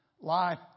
Life